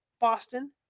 Boston